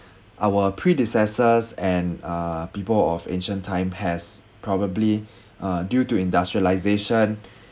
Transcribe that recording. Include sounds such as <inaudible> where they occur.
<breath> our predecessors and uh people of ancient time has probably <breath> uh due to industrialisation <breath>